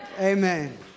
Amen